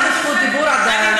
אני בזכות דיבור עדיין.